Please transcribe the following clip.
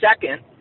second